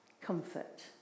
comfort